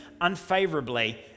unfavorably